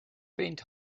faint